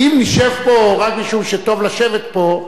כי אם נשב פה רק משום שטוב לשבת פה,